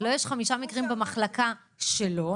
לו יש חמישה מקרים במחלקה שלו,